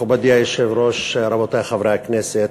מכובדי היושב-ראש, רבותי חברי הכנסת,